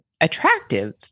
attractive